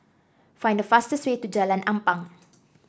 find the fastest way to Jalan Ampang